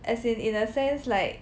as in in a sense like